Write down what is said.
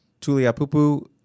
tuliapupu